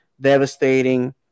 devastating